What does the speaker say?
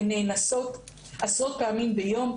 הן נאנסות עשרות פעמים ביום,